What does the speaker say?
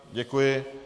Děkuji.